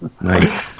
Nice